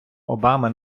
обами